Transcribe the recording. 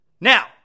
Now